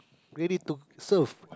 ready to serve